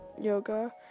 yoga